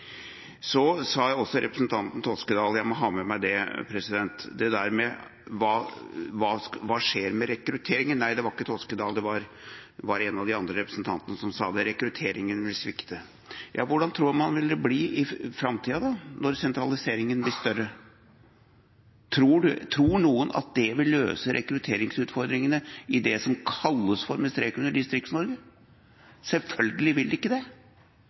Så må jeg også ha med meg det representanten Toskedal sa om hva som skjer med rekrutteringa. – Nei, det var ikke Toskedal, det var en av de andre representantene som sa at rekrutteringa vil svikte. Ja, hvordan tror man det vil bli i framtida, når sentraliseringa blir større? Tror noen at det vil løse rekrutteringsutfordringene i det som kalles, med strek under, Distrikts-Norge? Selvfølgelig vil det ikke det.